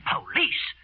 Police